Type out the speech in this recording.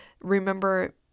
remember